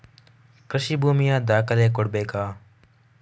ಕೃಷಿ ಭೂಮಿಯ ದಾಖಲೆ ಕೊಡ್ಬೇಕಾ?